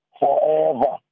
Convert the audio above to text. forever